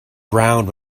ground